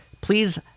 Please